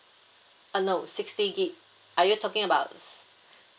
uh no sixty gig are you talking about